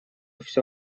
все